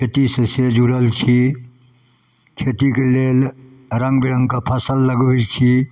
खेतीसँ से जुड़ल छी खेतीके लेल रङ्गबिरङ्गके फसल लगबै छी